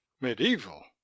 Medieval